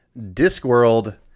Discworld